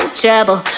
trouble